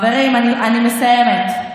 אני מסיימת.